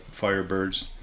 Firebirds